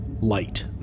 light